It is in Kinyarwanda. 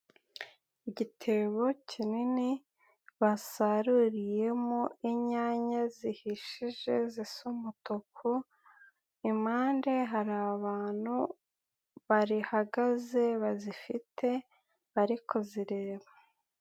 Igitebo kinini basaruriyemo inyanya zihishije zisa umutuku, impande hari abantu bahagaze bazifite barikuzireba.